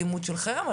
אלימות של חרם,